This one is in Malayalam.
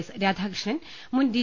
എസ് രാധാ കൃഷ്ണൻ മുൻ ഡി